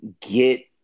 get